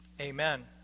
Amen